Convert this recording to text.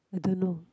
I don't know